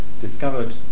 discovered